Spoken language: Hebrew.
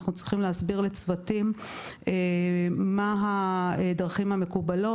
אנחנו צריכים להסביר לצוותים מה הדרכים המקובלות.